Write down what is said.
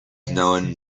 known